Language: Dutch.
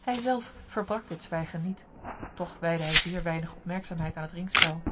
hij zelf verbrak dit zwijgen niet toch wijdde hij zeer weinig opmerkzaamheid aan het ringspel